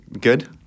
Good